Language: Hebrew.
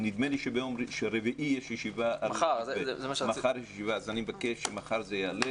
נדמה לי שמחר יש ישיבה ואני מבקש שמחר זה יעלה